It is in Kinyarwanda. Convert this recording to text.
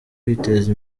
kwiteza